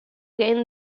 gained